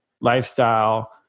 lifestyle